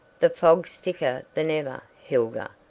the fog's thicker than ever, hilda.